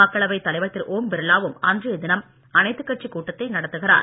மக்களவை தலைவர் திரு ஓம் பிர்லாவும் அன்றைய தினம் அனைத்துக் கட்சிக் கூட்டத்தை நடத்துகிறார்